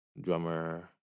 drummer